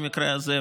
במקרה הזה,